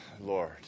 Lord